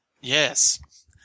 Yes